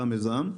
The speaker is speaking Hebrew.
במיזם.